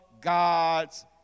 God's